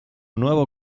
nuevo